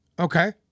Okay